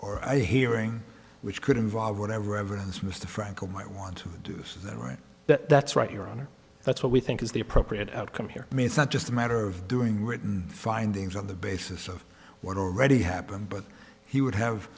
or i hearing which could involve whatever evidence mr frankel might want to do so then right that's right your honor that's what we think is the appropriate outcome here i mean it's not just a matter of doing written findings on the basis of what already happened but he would have